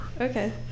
okay